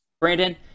Brandon